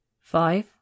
Five